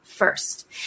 First